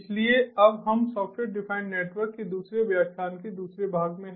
इसलिए अब हम सॉफ्टवेयर डिफाइंड नेटवर्क के दूसरे व्याख्यान के दूसरे भाग में हैं